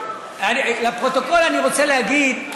לפרוטוקול אני רוצה להגיד,